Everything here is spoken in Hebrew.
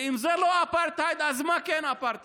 ואם זה לא אפרטהייד, אז מה כן אפרטהייד?